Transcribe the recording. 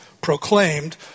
proclaimed